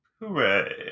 Hooray